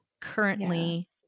currently